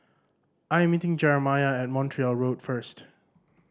I'm meeting Jeremiah at Montreal Road first